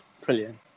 Brilliant